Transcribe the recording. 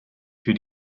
für